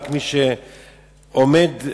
רק מי שעומד בתור,